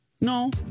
No